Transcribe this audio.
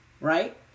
right